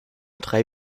drei